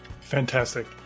Fantastic